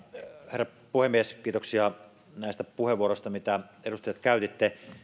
herra puhemies kiitoksia näistä puheenvuoroista mitä edustajat käytitte